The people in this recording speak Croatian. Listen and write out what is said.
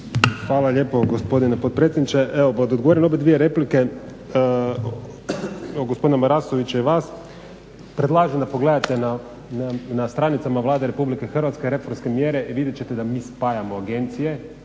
Hvala lijepo gospodine potpredsjedniče. Evo pa da odgovorim na obje replike, gospodina Marasovića i vas, predlažem da pogledate na stranicama Vlade RH reformske mjere i vidjet ćete da mi spajamo agencije